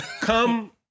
come